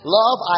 love